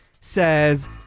says